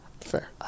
Fair